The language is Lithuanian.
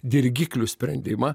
dirgiklių sprendimą